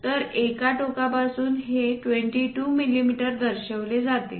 तर एका टोकापासून हे 22 मिमी दर्शविले जाते